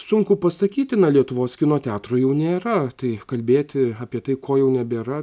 sunku pasakyti na lietuvos kino teatro jau nėra tai kalbėti apie tai ko jau nebėra